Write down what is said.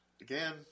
Again